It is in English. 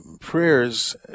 prayers